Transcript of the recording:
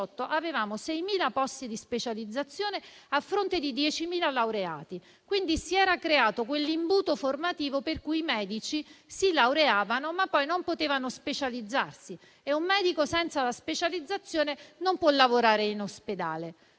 avevamo 6.000 posti di specializzazione, a fronte di 10.000 laureati; quindi, si era creato un imbuto formativo per cui i medici si laureavano, ma non tutti potevano specializzarsi. E un medico senza specializzazione non può lavorare in ospedale.